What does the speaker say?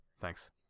Thanks